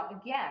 again